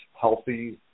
healthy